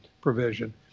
provision